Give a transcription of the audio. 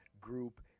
Group